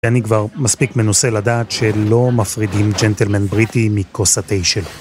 ואני כבר מספיק מנוסה לדעת שלא מפרידים ג'נטלמן בריטי מכוס התה שלו.